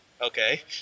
Okay